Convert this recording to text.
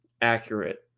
accurate